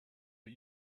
but